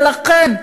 ולכן,